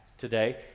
today